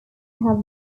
have